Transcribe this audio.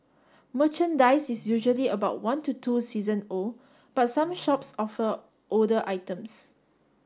merchandise is usually about one to two season old but some shops offer older items